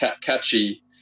catchy